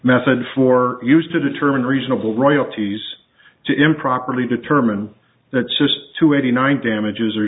method for use to determine reasonable royalties to improperly determine that just to eighty nine damages or